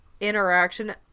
interaction